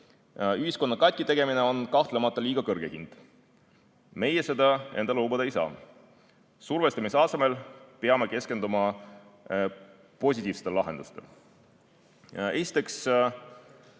Ühiskonna katki tegemine on kahtlemata liiga kõrge hind. Meie seda endale lubada ei saa. Survestamise asemel peame keskenduma positiivsetele lahendustele. Esiteks,